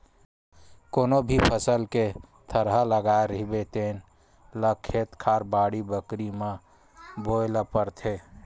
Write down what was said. कोनो भी फसल के थरहा लगाए रहिबे तेन ल खेत खार, बाड़ी बखरी म बोए ल परथे